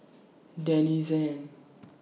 Denizen